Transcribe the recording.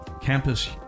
Campus